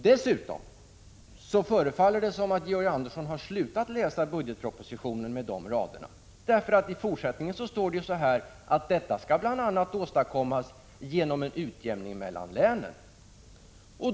Dessutom förefaller det som om Georg Andersson har slutat läsa budgetpropositionen med dessa rader, för i fortsättningen står det nämligen att detta bl.a. skall åstadkommas genom en utjämning mellan länen.